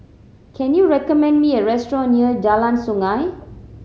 can you recommend me a restaurant near Jalan Sungei